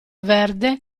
verde